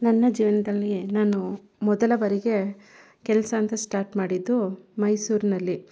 ನನ್ನ ಜೀವನದಲ್ಲಿ ನಾನು ಮೊದಲ ಬಾರಿಗೆ ಕೆಲಸ ಅಂತ ಸ್ಟಾರ್ಟ್ ಮಾಡಿದ್ದು ಮೈಸೂರಿನಲ್ಲಿ